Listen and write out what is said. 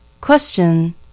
Question